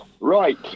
Right